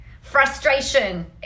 Frustration